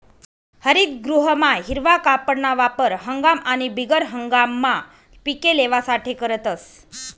हरितगृहमा हिरवा कापडना वापर हंगाम आणि बिगर हंगाममा पिके लेवासाठे करतस